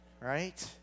Right